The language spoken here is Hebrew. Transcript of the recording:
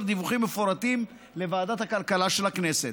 דיווחים מפורטים לוועדת הכלכלה של הכנסת.